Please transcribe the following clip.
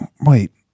Wait